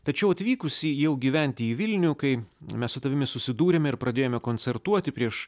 tačiau atvykusi jau gyventi į vilnių kai mes su tavimi susidūrėme ir pradėjome koncertuoti prieš